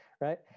Right